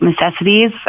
necessities